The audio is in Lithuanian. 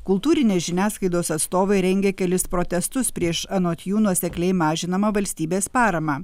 kultūrinės žiniasklaidos atstovai rengia kelis protestus prieš anot jų nuosekliai mažinamą valstybės paramą